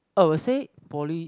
I will say poly